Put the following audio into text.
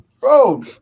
Bro